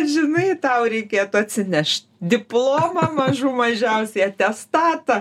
žinai tau reikėtų atsineš diplomą mažų mažiausiai atestatą